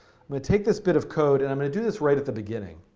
but take this bit of code. and i going to do this right at the beginning.